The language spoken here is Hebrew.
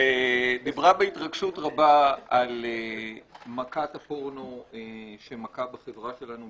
דיברה בהתרגשות רבה על מכת הפורנו שמכה בחברה שלנו,